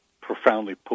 profoundly